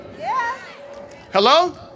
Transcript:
Hello